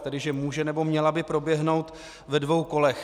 Takže může, nebo měla by proběhnout ve dvou kolech.